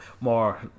more